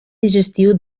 digestiu